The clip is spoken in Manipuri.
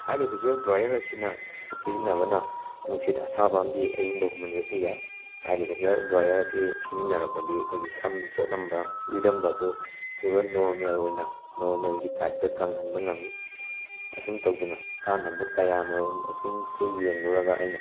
ꯍꯥꯏꯔꯤꯕ ꯍꯦꯌꯔ ꯗ꯭ꯔꯥꯏꯌꯔ ꯑꯁꯤꯅ ꯁꯤꯖꯤꯟꯅꯕꯅ ꯅꯨꯡꯁꯤꯠ ꯑꯁꯥꯕ ꯑꯝꯗꯤ ꯑꯏꯪꯕ ꯍꯨꯝꯃꯟꯕꯁꯨ ꯌꯥꯏ ꯍꯥꯏꯔꯤꯕ ꯍꯦꯌꯔ ꯗ꯭ꯔꯥꯏꯌꯔ ꯑꯁꯤ ꯁꯤꯖꯤꯟꯅꯔꯕꯗꯤ ꯑꯩꯈꯣꯏꯒꯤ ꯁꯝ ꯆꯣꯠꯂꯝꯕ ꯎꯏꯔꯝꯕ ꯑꯗꯨ ꯄꯨꯔꯥ ꯅꯣꯔꯃꯦꯜ ꯑꯣꯏꯅ ꯅꯣꯔꯃꯦꯜꯒꯤ ꯇꯥꯏꯞꯇ ꯀꯪꯍꯟꯕ ꯉꯝꯃꯤ ꯑꯁꯨꯝ ꯇꯧꯗꯨꯅ ꯀꯥꯟꯅꯕ ꯀꯌꯥꯃꯔꯣꯝꯁꯤꯡꯁꯤ ꯌꯦꯡꯂꯨꯔꯒ ꯑꯩꯅ